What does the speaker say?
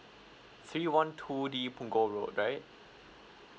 three one two D punggol road right